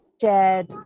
shared